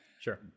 sure